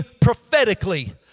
prophetically